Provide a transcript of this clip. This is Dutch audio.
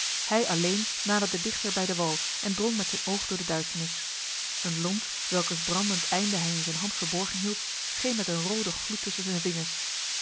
hij alleen naderde dichter bij de wal en drong met zijn oog door de duisternis een lont welkers brandend einde hij in zijn hand verborgen hield scheen met een rode gloed tussen zijn vingers